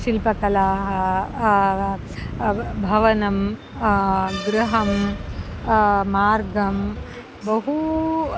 शिल्पकलाः भवनं गृहं मार्गं बहु